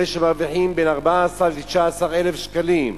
אלה שמרוויחים בין 14,000 ל-19,000 שקלים,